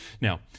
Now